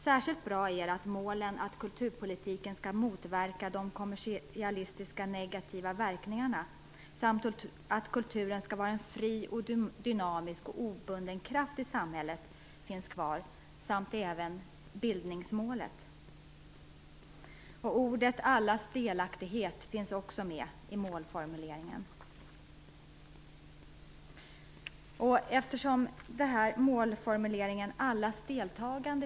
Särskilt bra är målen att kulturpolitiken skall motverka de kommersiella negativa verkningarna samt att kulturen skall vara en fri och dynamisk och obunden kraft i samhället finns kvar liksom även bildningsmålet. Orden "allas delaktighet" finns också med i målformuleringen.